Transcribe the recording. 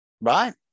right